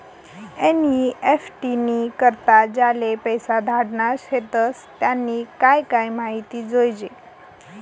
NEFT नी करता ज्याले पैसा धाडना शेतस त्यानी काय काय माहिती जोयजे